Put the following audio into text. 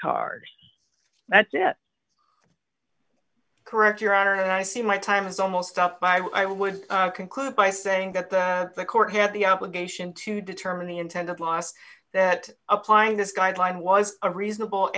card thats it correct your honor and i see my time is almost up five i would conclude by saying that the court had the obligation to determine the intended loss that applying this guideline was a reasonable